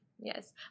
Yes